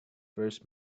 first